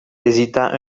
hésita